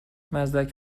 مزدک